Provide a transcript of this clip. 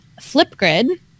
Flipgrid